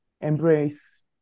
embrace